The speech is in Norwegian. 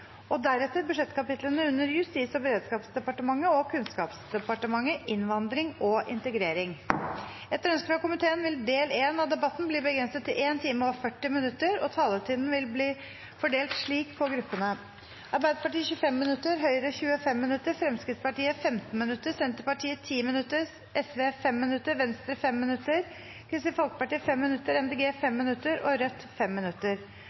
regionalpolitikken. Deretter behandles budsjettkapitlene under Justis- og beredskapsdepartementet og Kunnskapsdepartementet: innvandring og integrering. Etter ønske fra komiteen vil del 1 av debatten bli begrenset til 1 time og 40 minutter, og taletiden blir fordelt slik på gruppene: Arbeiderpartiet 25 minutter, Høyre 25 minutter, Fremskrittspartiet 15 minutter, Senterpartiet 10 minutter, Sosialistisk Venstreparti 5 minutter, Venstre 5 minutter, Kristelig Folkeparti 5 minutter, Miljøpartiet De Grønne 5 minutter